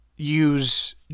Use